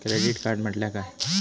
Credit card म्हटल्या काय?